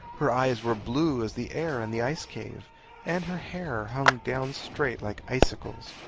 her eyes were blue as the air in the ice-cave, and her hair hung down straight, like icicles.